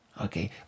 okay